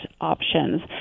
options